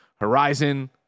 Horizon